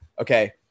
Okay